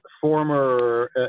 former